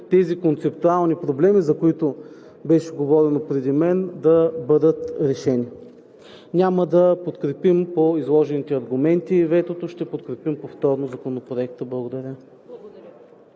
тези концептуални проблеми, за които беше говорено преди мен, да бъдат решени. Няма да подкрепим по изложените аргументи ветото – ще подкрепим повторно Закона. Благодаря.